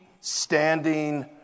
standing